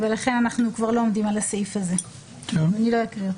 לכן אנחנו כבר לא עומדים על הסעיף הזה ואני לא אקריא אותו.